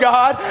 God